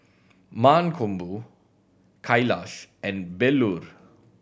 Mankombu Kailash and Bellur